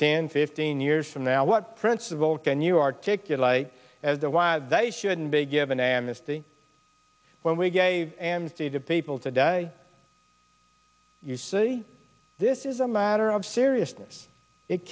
ten fifteen years from now what principle can you articulate as to why they shouldn't be given amnesty when we gave amnesty to people today you see this is a matter of seriousness it